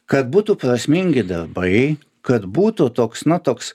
kad būtų prasmingi darbai kad būtų toks na toks